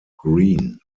green